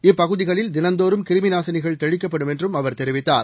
இப்பகுதிகளில் தினந்தோறும் கிருமி நாசினிகள் தெளிக்கப்படும் என்றும் அவர் தெரிவித்தார்